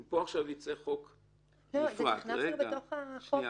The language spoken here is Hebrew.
אם ייצא פה עכשיו חוק נפרד --- זה כבר נכנס בתוך החוק,